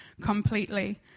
completely